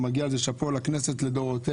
ומגיע על זה שאפו לכנסת לדורותיה,